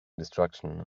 destruction